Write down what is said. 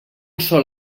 sol